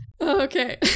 Okay